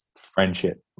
friendship